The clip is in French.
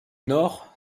nord